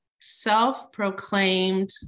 self-proclaimed